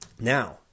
Now